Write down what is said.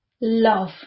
love